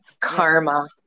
karma